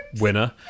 winner